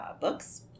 books